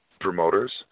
promoters